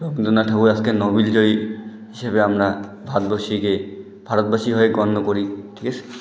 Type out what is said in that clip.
রবীন্দ্রনাথ ঠাকুর আজকে নোবেলজয়ী হিসেবে আমরা ভারতবাসীকে ভারতবাসী হয়ে গণ্য করি ঠিক আছে